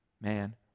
man